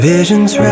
Visions